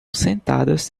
sentadas